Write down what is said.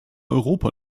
europa